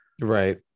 Right